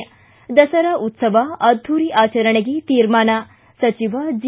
ದಸರಾ ಉತ್ಸವ ಅದ್ದೂರಿ ಆಚರಣೆಗೆ ತೀರ್ಮಾನ ಸಚಿವ ಜಿ